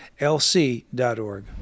lc.org